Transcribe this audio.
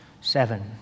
seven